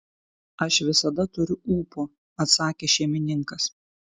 aš visada turiu ūpo atsakė šeimininkas